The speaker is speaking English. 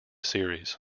series